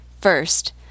First